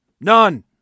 None